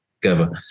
together